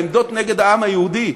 העמדות נגד העם היהודי,